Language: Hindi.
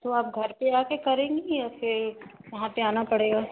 तो आप घर पर आकर करेंगी या फिर वहाँ पर आना पड़ेगा